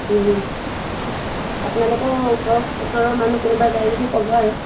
আপোনালোকৰ ওচৰ ওচৰৰ মানুহ কোনোবা যায় যদি ক'ব আৰু